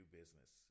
business